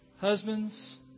Husbands